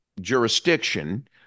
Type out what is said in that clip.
jurisdiction